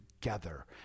together